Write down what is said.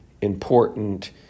important